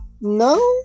No